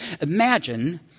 Imagine